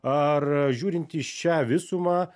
ar žiūrint į šią visumą